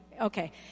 okay